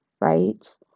Right